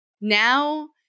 now